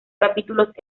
capítulos